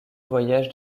voyages